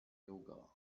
yoga